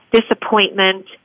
disappointment